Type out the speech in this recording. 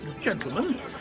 gentlemen